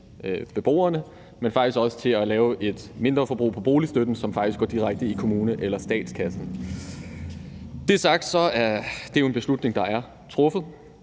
men faktisk også til at have et mindre forbrug af boligstøtten, og de penge går faktisk direkte eller i kommune- eller statskassen. Når det er sagt, er det en beslutning, der er truffet,